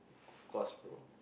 of course bro